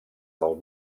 del